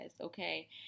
okay